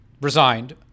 resigned